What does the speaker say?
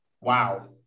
wow